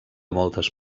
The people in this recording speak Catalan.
moltes